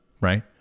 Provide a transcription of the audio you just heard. right